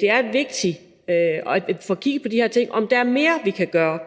det er vigtigt at få kigget på de her ting, altså om der er mere, vi kan gøre.